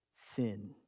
sin